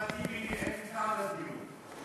בלי אחמד טיבי אין טעם לדיון.